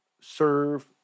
serve